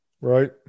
Right